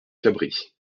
cabris